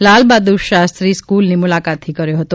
લાલબહાદૂર શાસ્ત્રી સ્કૂલની મૂલાકાતથી કર્યો હતો